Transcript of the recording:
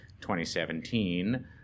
2017